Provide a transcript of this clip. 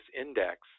index